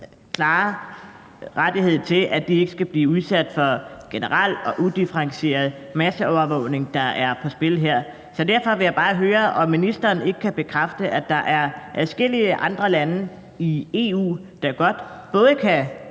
klare rettigheder, i forhold til at de ikke skal blive udsat for generel og udifferentieret masseovervågning, der er på spil her. Så derfor vil jeg bare høre, om ministeren ikke kan bekræfte, at der er adskillige andre lande i EU, der godt kan